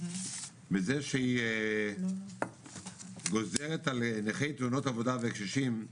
בזה שהיא גוזרת על נכי תאונות עבודה וקשישים,